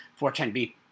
410B